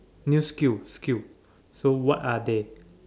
new skill skill so what are they